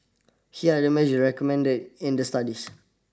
here are the measures recommended in the studies